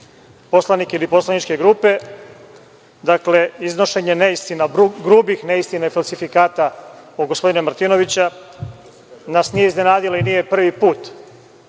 poslanike ili poslaničke grupe. Iznošenje neistina, grubih neistina i falsifikata od gospodina Martinovića nas nije iznenadilo i nije prvi put.